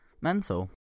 Mental